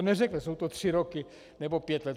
Neřekne, jsou to tři roky nebo pět let.